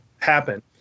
happen